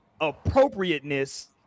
appropriateness